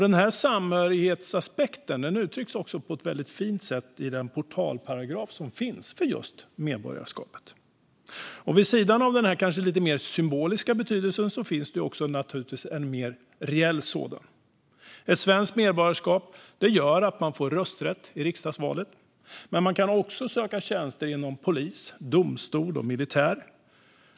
Denna samhörighetsaspekt uttrycks också väldigt fint i den portalparagraf som finns för just medborgarskap. Vid sidan av denna lite mer symboliska betydelse finns givetvis också en mer reell sådan. Ett svenskt medborgarskap ger rösträtt i riksdagsval. Man kan också söka tjänster inom polis, domstol och det militära.